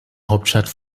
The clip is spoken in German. hauptstadt